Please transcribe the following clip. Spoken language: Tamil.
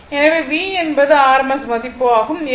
எனவே V என்பது rms மதிப்பு ஆகும்